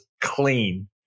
clean